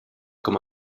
com